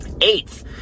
Eighth